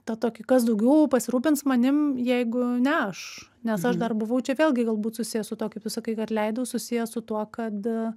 tą tokį kas daugiau pasirūpins manim jeigu ne aš nes aš dar buvau čia vėlgi galbūt susiję su tuo kaip tu sakai kad leidau susiję su tuo kad